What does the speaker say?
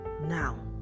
now